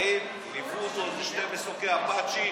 האם ליוו אותו איזה שני מטוסי אפאצ'י